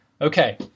Okay